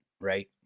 right